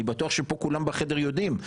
אני בטוח שפה כולם בחדר יודעים,